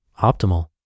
optimal